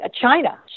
China